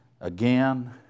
again